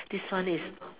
this one is